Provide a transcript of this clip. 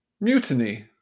Mutiny